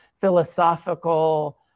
philosophical